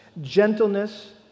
gentleness